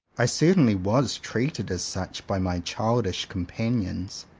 i certainly was treated as such by my childish companions.